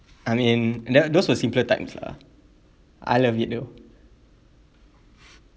I mean that those were simpler times lah I love it though